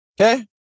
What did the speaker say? Okay